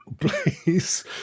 Please